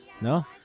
No